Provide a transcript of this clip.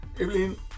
Evelyn